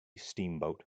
steamboat